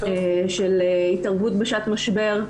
של התערבות בשעת משבר.